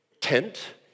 tent